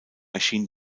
erschien